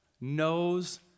knows